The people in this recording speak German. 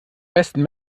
besten